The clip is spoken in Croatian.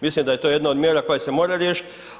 Mislim da je to jedna od mjera koja se mora riješiti.